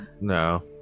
No